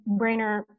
brainer